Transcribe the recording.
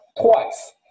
twice